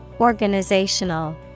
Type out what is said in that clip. organizational